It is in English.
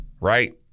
right